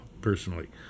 personally